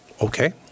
Okay